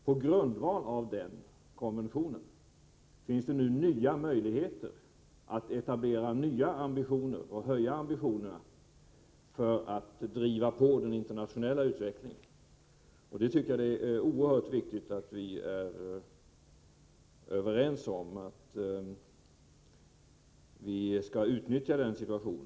På grundval av den konventionen finns det möjlighet att etablera nya ambitioner och höja ambitionsnivån för att driva på den internationella utvecklingen. Jag tycker att det är oerhört viktigt att vi är överens om att vi skall utnyttja denna situation.